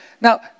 Now